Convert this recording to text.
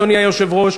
אדוני היושב-ראש,